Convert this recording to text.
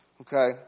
Okay